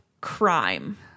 crime